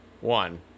one